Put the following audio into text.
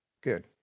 Good